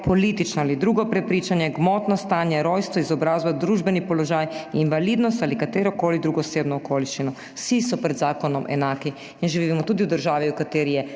politično ali drugo prepričanje, gmotno stanje, rojstvo, izobrazbo, družbeni položaj, invalidnost ali katerokoli drugo osebno okoliščino. Vsi so pred zakonom enaki in živimo tudi v državi v kateri je